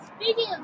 Speaking